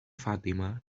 fatima